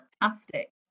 fantastic